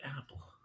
Apple